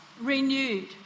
renewed